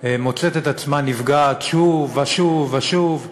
מוצאת את עצמה נפגעת שוב ושוב ושוב,